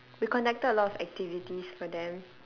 we conducted a lot of activities for them